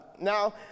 now